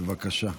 בבקשה.